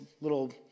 little